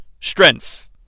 strength